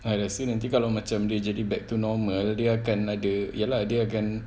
I rasa nanti kalau macam dia jadi back to normal dia akan ada ya lah dia akan